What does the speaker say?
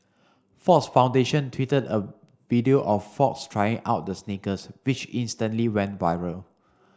Fox Foundation tweeted a video of Fox trying out the sneakers which instantly went viral